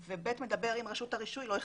ו-(ב) מדבר אם רשות הרישוי לא החליטה.